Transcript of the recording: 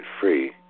free